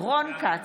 רון כץ,